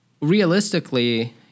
realistically